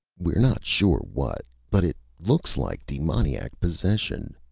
we're not sure what, but it looks like demoniac possession.